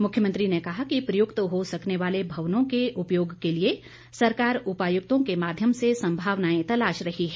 मुख्यमंत्री ने कहा कि प्रयुक्त हो सकने वाले भवनों के उपयोग के लिए सरकार उपायुक्तों के माध्यम से संभावनाएं तलाश रही है